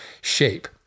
shape